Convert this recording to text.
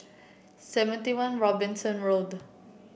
Seventy One Robinson Road